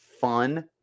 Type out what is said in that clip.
fun